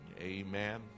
amen